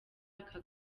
aka